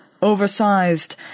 Oversized